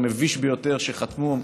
המביש ביותר שחתמו,